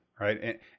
right